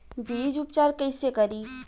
बीज उपचार कईसे करी?